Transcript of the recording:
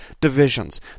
divisions